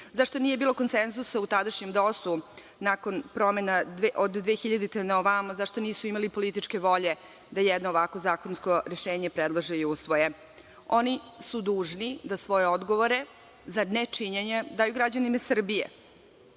zašto nije bilo konsenzusa u tadašnjem DOS-u nakon promena od 2000. godina na ovamo, zašto nisu imali političke volje da jedno ovako zakonsko rešenje predlože i usvoje. Oni su dužni da svoje odgovore za nečinjenje daju građanima Srbije. Takođe,